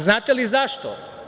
Znate li zašto?